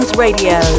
Radio